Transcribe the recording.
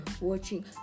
Watching